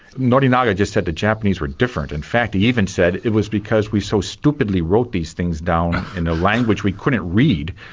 norinaga just said the japanese were different, in fact he even said it was because we so stupidly wrote these things down in a language we couldn't read,